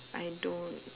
I don't